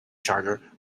charger